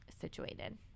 situated